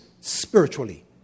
spiritually